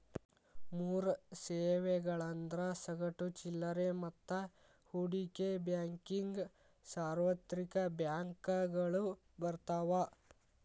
ಮೂರ್ ಸೇವೆಗಳಂದ್ರ ಸಗಟು ಚಿಲ್ಲರೆ ಮತ್ತ ಹೂಡಿಕೆ ಬ್ಯಾಂಕಿಂಗ್ ಸಾರ್ವತ್ರಿಕ ಬ್ಯಾಂಕಗಳು ಬರ್ತಾವ